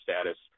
status